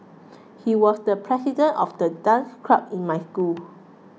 he was the president of the dance club in my school